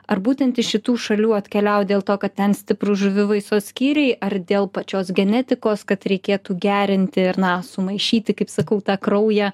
ar būtent iš šitų šalių atkeliauja dėl to kad ten stiprūs žuvivaisos skyriai ar dėl pačios genetikos kad reikėtų gerinti ir na sumaišyti kaip sakau tą kraują